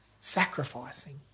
sacrificing